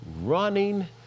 running